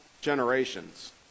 generations